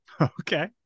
okay